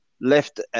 left